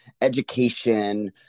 education